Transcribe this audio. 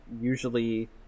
usually